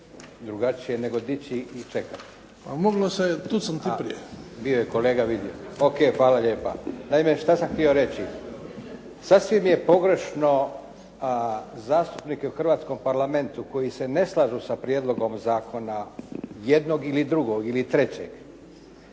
moglo se je tucnut i prije. **Leko, Josip (SDP)** Bio je kolega vidio. Ok, hvala lijepa. Naime, što sam htio reći? Sasvim je pogrešno, zastupnike u hrvatskom Parlamentu koji se ne slažu sa prijedlogom zakona jednog ili drugog ili trećeg